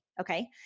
Okay